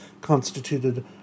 constituted